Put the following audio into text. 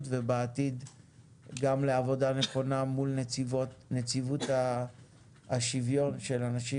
ובעתיד גם לעבודה נכונה מול נציבות השוויון של אנשים